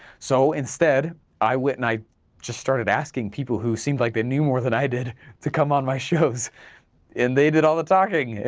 so instead i went and i just started asking people who seemed like they knew more than i did to come on my shows and they did all the talking,